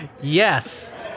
Yes